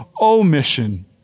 omission